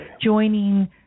joining